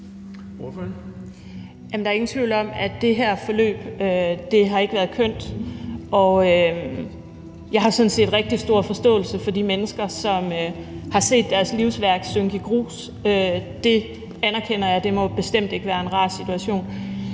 der er ingen tvivl om, at det her forløb ikke har været kønt, og jeg har sådan set rigtig stor forståelse for de mennesker, som har set deres livsværk synke i grus – det anerkender jeg bestemt ikke må være en rar situation.